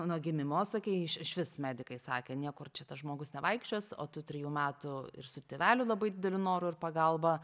nuo gimimo sakei išvis medikai sakė niekur čia tas žmogus nevaikščios o tu trijų metų ir su tėvelių labai dideliu noru ir pagalba